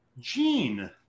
Gene